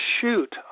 shoot